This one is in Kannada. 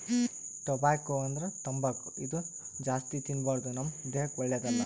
ಟೊಬ್ಯಾಕೊ ಅಂದ್ರ ತಂಬಾಕ್ ಇದು ಜಾಸ್ತಿ ತಿನ್ಬಾರ್ದು ನಮ್ ದೇಹಕ್ಕ್ ಒಳ್ಳೆದಲ್ಲ